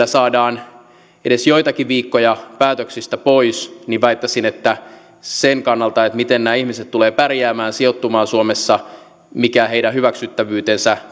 sillä saadaan edes joitakin viikkoja päätöksistä pois niin väittäisin että sen kannalta miten nämä ihmiset tulevat pärjäämään ja sijoittumaan suomessa mikä heidän hyväksyttävyytensä